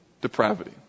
depravity